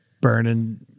burning